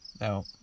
Now